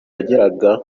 yageraga